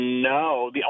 No